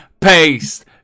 paste